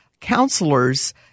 counselors